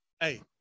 hey